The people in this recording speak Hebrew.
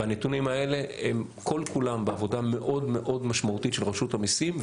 והנתונים האלה הם כל כולם בעבודה מאוד מאוד משמעותית של רשות המיסים,